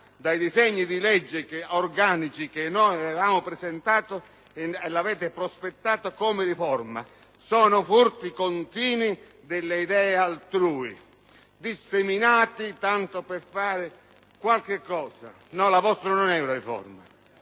dai disegni di legge organici che noi avevamo presentato e l'avete prospettato come riforma. Sono furti continui delle idee altrui, disseminati tanto per fare qualche cosa. No, la vostra non è una riforma,